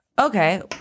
okay